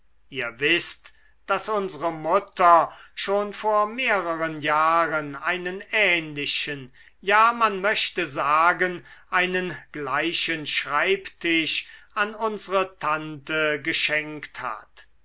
ihr wißt daß unsre mutter schon vor mehreren jahren einen ähnlichen ja man möchte sagen einen gleichen schreibtisch an unsre tante geschenkt hat